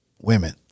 women